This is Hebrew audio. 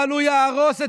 אבל הוא יהרוס את